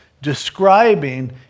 Describing